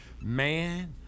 Man